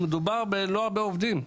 מדובר בלא הרבה עובדים,